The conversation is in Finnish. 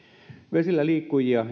vesillä liikkujia